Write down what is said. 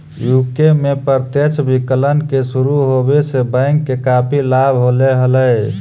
UK में प्रत्यक्ष विकलन के शुरू होवे से बैंक के काफी लाभ होले हलइ